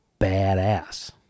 badass